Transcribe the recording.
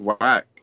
whack